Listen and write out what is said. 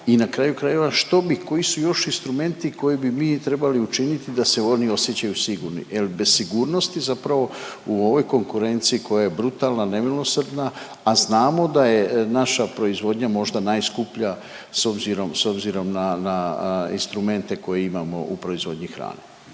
i na kraju krajeva što bi, koji su još instrumenti koje bi mi trebali učiniti da se oni osjećaju sigurni, jel bez sigurnosti zapravo u ovoj konkurenciji koja je brutalna i nemilosrdna, a znamo da je naša proizvodnja možda najskuplja s obzirom, s obzirom na, na instrumente koje imamo u proizvodnji hrane?